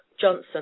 Johnson